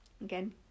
Again